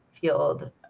field